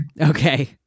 Okay